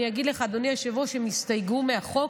אני אגיד לך, אדוני היושב-ראש, הם הסתייגו מהחוק,